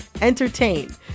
entertain